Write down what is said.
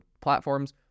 platforms